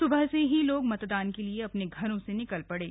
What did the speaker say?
सुबह से ही लोग मतदान के लिए अपने घरों से निकल पड़े